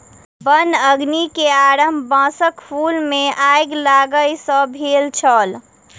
वन अग्नि के आरम्भ बांसक फूल मे आइग लागय सॅ भेल छल